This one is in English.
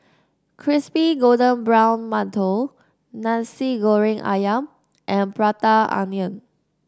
Crispy Golden Brown Mantou Nasi Goreng ayam and Prata Onion